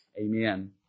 Amen